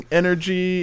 energy